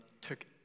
took